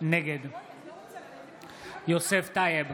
נגד יוסף טייב,